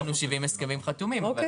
אני מכיר שיש לנו 70 הסכמים חתומים, אבל בוא.